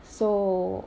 so